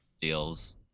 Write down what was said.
deals